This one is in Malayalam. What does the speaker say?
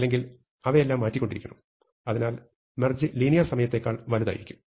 അല്ലെങ്കിൽ അവയെല്ലാം മാറ്റിക്കൊണ്ടിരിക്കണം അതിനാൽ മെർജ് ലീനിയർ സമയത്തെക്കാൾ വലുതായിരിക്കും